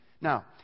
Now